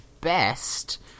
best